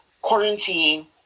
Quarantine